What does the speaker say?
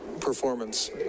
performance